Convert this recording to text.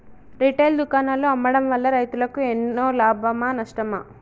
Retail దుకాణాల్లో అమ్మడం వల్ల రైతులకు ఎన్నో లాభమా నష్టమా?